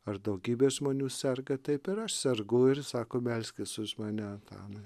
ar daugybė žmonių serga taip ir aš sergu ir sako melskis už mane antanai